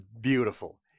beautiful